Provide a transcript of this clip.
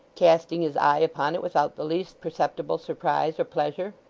casting his eye upon it without the least perceptible surprise or pleasure.